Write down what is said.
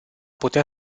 putea